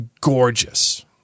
gorgeous